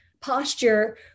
posture